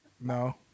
No